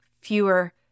fewer